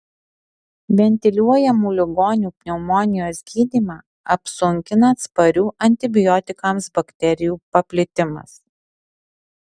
ventiliuojamų ligonių pneumonijos gydymą apsunkina atsparių antibiotikams bakterijų paplitimas